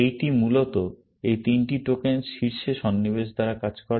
এইটি মূলত এই তিনটি টোকেন শীর্ষে সন্নিবেশ দ্বারা কাজ করে